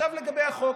עכשיו לגבי החוק.